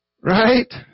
Right